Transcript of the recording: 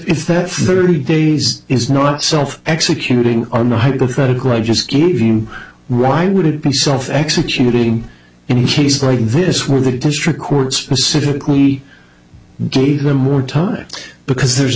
if that thirty days is not self executing on the hypothetical i just gave him why would it be self executing in cases like this where the district court specifically do even more time because there's